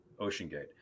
Oceangate